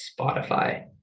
Spotify